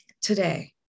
today